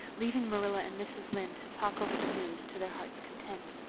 leaving marilla and mrs. lynde to talk over the news to their hearts' content.